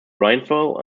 rainfall